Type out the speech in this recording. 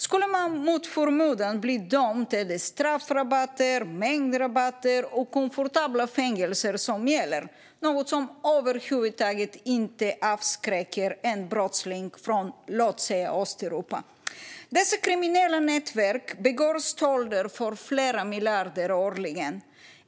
Om man mot förmodan skulle bli dömd är det straffrabatter, mängdrabatter och komfortabla fängelser som gäller. Detta är något som över huvud taget inte avskräcker en brottsling från, låt säga, Östeuropa. Dessa kriminella nätverk begår stölder för flera miljarder årligen.